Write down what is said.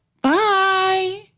Bye